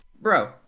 bro